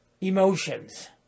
emotions